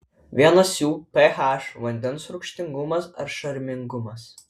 vienas jų ph vandens rūgštingumas ar šarmingumas